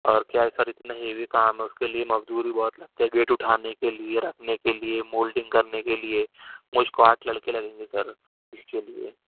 اور کیا ہے سر اتنا ہیوی کام ہے اس کے لیے مزدور بھی بہت لگتے ہیں گیٹ اٹھانے کے لیے رکھنے کے لیے مولڈنگ کرنے کے لیے مجھ کو آٹھ لڑکے لگیں گے سر اس کے لیے